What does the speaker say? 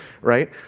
right